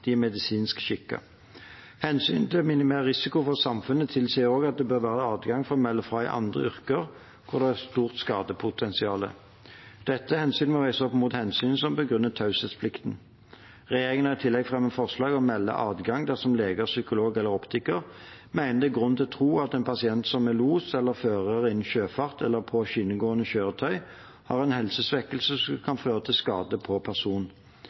de er medisinsk skikket. Hensynet til å minimere risikoen for samfunnet tilsier også at det bør være adgang til å melde fra i andre yrker hvor det er et stort skadepotensial. Dette hensynet må veies opp mot hensynet som begrunnes i taushetsplikten. Regjeringen har i tillegg fremmet forslag om meldeadgang dersom leger, psykologer eller optikere mener det er grunn til å tro at en pasient som er los eller fører innen sjøfart eller av skinnegående kjøretøy, har en helsesvekkelse som kan føre til skade på person.